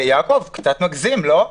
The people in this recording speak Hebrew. אתה קצת מגזים, לא?